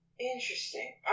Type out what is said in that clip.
Interesting